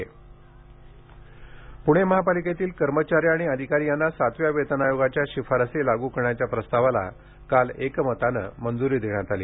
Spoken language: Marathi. सातवा वेतन आयोग प्रणे महापालिकेतील कर्मचारी आणि अधिकारी यांना सातव्या वेतन आयोगाच्या शिफारसी लागू करण्याच्या प्रस्तावाला काल एकमताने मंजुरी देण्यात आली